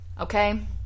Okay